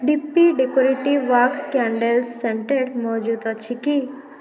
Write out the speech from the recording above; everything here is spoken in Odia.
D P decorative wax candles scented ମହଜୁଦ ଅଛି କି